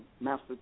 master